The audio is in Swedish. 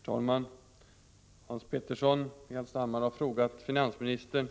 Herr talman! Hans Petersson i Hallstahammar har frågat finansministern